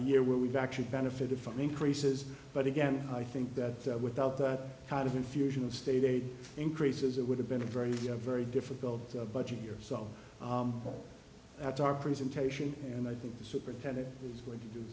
year where we've actually benefited from increases but again i think that without that kind of infusion of state aid increases it would have been a very very difficult to a budget year so that's our presentation and i think the superintendent is going to do